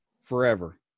forever